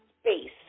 space